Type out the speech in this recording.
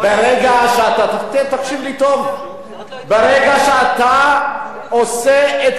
תקשיב לי טוב: ברגע שאתה עושה את כולם,